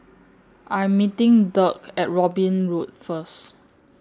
I'm meeting Dirk At Robin Road First